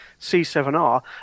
C7R